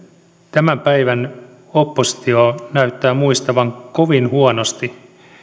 tämän päivän oppositio näyttää muistavan kovin huonosti